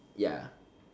ya